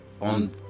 on